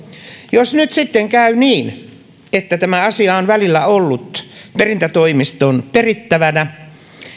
jos nyt sitten käy niin että tämä asia on välillä ollut perintätoimiston perittävänä